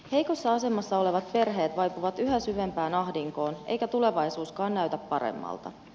heikossa asemassa olevat perheet vaipuvat yhä syvempään ahdinkoon eikä tulevaisuuskaan näytä paremmalta